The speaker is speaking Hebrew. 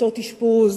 מיטות אשפוז,